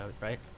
right